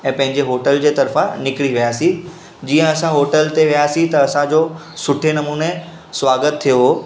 ऐं पंहिंजे होटल जे तर्फ़ां निकिरी वियासीं जीअं असां होटल ते वियासीं त असांजो सुठे नमूने स्वागतु थियो हो